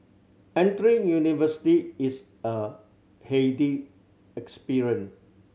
entering university is a heady experience